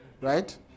right